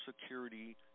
security